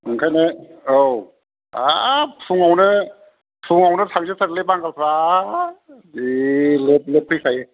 ओंखायनो औ हाब फुङावनो फुङावनो थांजोब थारोलै बांगालफ्रा जि लोब लोब फैखायो